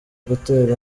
gutera